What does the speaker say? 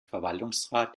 verwaltungsrat